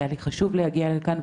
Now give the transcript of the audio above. היה לי חשוב להגיע לכאן,